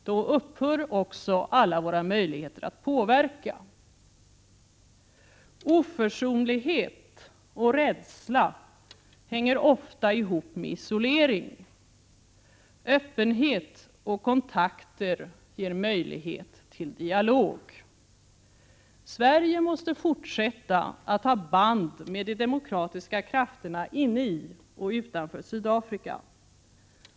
Då upphör också alla våra möjligheter att påverka. Oförsonlighet och rädsla hänger ofta ihop med isolering. Öppenhet och kontakter ger möjlighet till dialog. Sverige måste fortsätta att ha band med de demokratiska krafterna inne i och utanför Sydafrika.